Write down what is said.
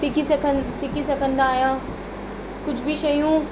सिखी सघनि सिखी सघंदा आहियां कुझु बि शयूं